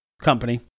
company